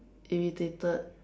irritated